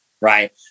right